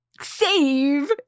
save